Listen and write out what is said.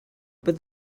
but